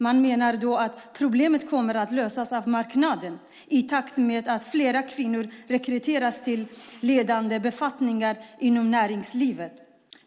Man menar att problemet kommer att lösas av marknaden i takt med att fler kvinnor rekryteras till ledande befattningar inom näringslivet.